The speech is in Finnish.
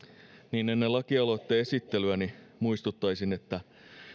niin ennen lakialoitteen esittelyä muistuttaisin että